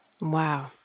wow